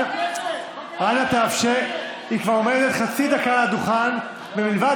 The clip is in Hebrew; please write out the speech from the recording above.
היא כבר עומדת חצי דקה על הדוכן ומלבד